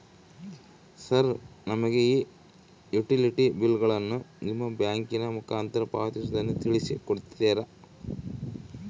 Sir ನಮಗೆ ಈ utility ಬಿಲ್ಲುಗಳನ್ನು ನಿಮ್ಮ ಬ್ಯಾಂಕಿನ ಮುಖಾಂತರ ಪಾವತಿಸುವುದನ್ನು ತಿಳಿಸಿ ಕೊಡ್ತೇರಾ?